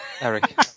Eric